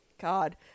God